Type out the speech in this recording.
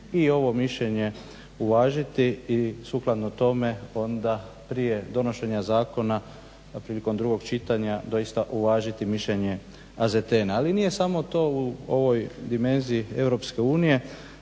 i ovo mišljenje uvažiti i sukladno tome onda prije donošenja zakona, prilikom drugog čitanja doista uvažiti mišljenje AZTN-a. Ali nije samo to u ovoj dimenziji EU. Meni je